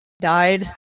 died